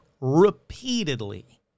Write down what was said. repeatedly